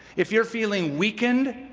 if you're feeling weakened,